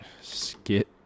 skit